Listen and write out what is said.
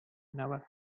never